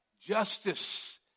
Justice